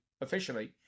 officially